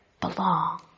belong